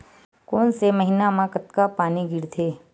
कोन से महीना म कतका पानी गिरथे?